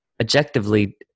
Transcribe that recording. Objectively